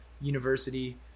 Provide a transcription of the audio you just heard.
University